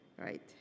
Right